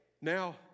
Now